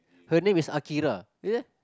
her name is Akira